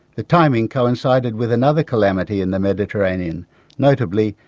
the timing coincided with another calamity in the mediterranean notably,